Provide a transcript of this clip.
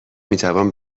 میتوان